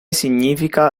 significa